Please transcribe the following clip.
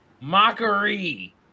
Mockery